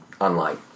Online